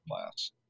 class